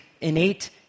innate